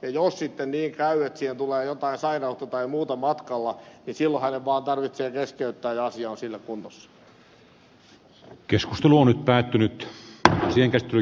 jos sitten niin käy että siihen tulee jotain sairautta tai muuta matkalla niin silloin hänen vaan tarvitsee keskeyttää ja asia on sillä kunnossa